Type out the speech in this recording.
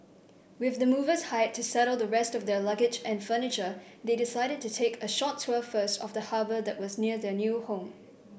with the movers hired to settle the rest of their luggage and furniture they decided to take a short tour first of the harbour that was near their new home